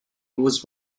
was